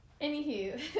Anywho